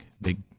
big